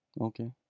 okay